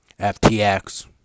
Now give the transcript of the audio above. FTX